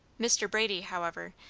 mr. brady, however,